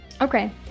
Okay